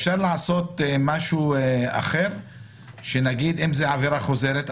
אפשר להחליט שאם זאת עבירה חוזרת,